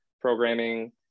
programming